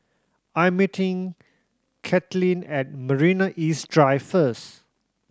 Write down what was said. I'm meeting Kaitlynn at Marina East Drive first